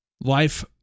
life